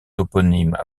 toponymes